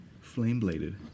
flame-bladed